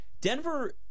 Denver